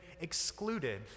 excluded